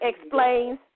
explains